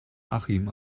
achim